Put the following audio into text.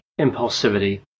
impulsivity